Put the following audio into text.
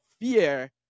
fear